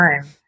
time